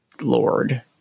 Lord